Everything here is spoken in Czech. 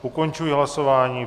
Ukončuji hlasování.